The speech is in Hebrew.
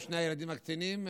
עם שני הילדים הקטנים?